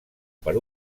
per